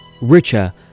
richer